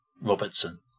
Robertson